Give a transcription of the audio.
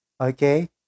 okay